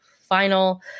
final